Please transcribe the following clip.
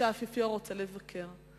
שהאפיפיור רוצה לבקר בהם.